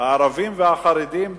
הערבים והחרדים בעבודה.